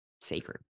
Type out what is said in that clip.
sacred